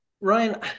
Ryan